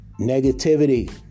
Negativity